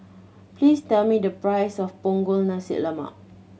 please tell me the price of Punggol Nasi Lemak